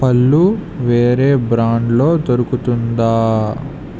పళ్ళు వేరే బ్రాండ్లో దొరుకుతుందా